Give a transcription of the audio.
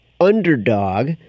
underdog